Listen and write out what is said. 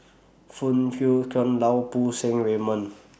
Phoon Yew Tien Lau Poo Seng Raymond